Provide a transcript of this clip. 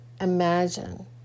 imagine